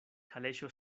kaleŝo